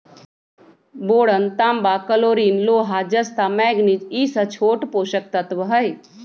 boron तांबा chlorine लोहा जस्ता मैग्निज ई स छोट पोषक तत्त्व हई